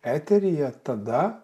eteryje tada